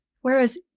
Whereas